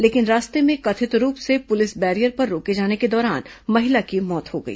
लेकिन रास्ते में कथित रूप से पुलिस बैरियर पर रोके जाने के दौरान महिला की मौत हो गई